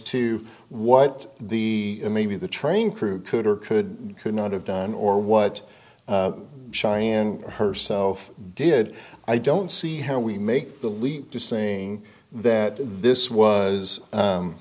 to what the maybe the train crew could or could could not have done or what cheyenne herself did i don't see how we make the leap to saying that this was